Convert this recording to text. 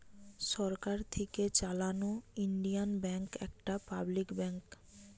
সরকার থিকে চালানো Indian bank একটা পাবলিক ব্যাঙ্ক